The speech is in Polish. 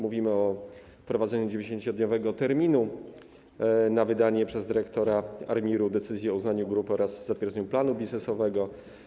Mówimy o wprowadzeniu 90-dniowego terminu na wydanie przez dyrektora ARiMR decyzji o uznaniu grupy oraz zatwierdzeniu planu biznesowego.